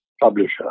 publisher